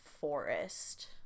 forest